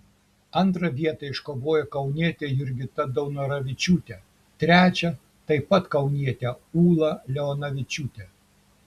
antrą vietą iškovojo kaunietė jurgita daunoravičiūtė trečią taip pat kaunietė ūla leonavičiūtė